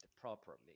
properly